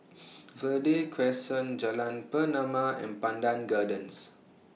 Verde Crescent Jalan Pernama and Pandan Gardens